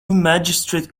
magistrate